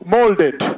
Molded